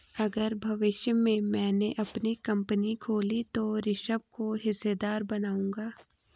अगर भविष्य में मैने अपनी कंपनी खोली तो ऋषभ को हिस्सेदार बनाऊंगा